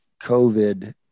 COVID